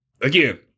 again